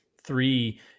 three